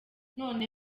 none